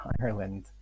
Ireland